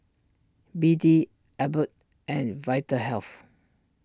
B D Abbott and Vitahealth